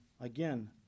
Again